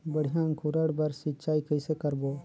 बढ़िया अंकुरण बर सिंचाई कइसे करबो?